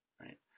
right